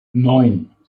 neun